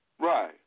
Right